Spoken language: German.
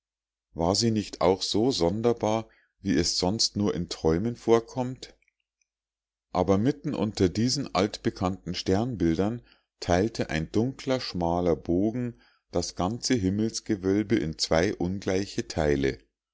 war sie nicht auch so sonderbar wie es sonst nur im träumen vorkommt aber mitten unter diesen altbekannten sternbildern teilte ein dunkler schmaler bogen das ganze himmelsgewölbe in zwei ungleiche teile